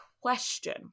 question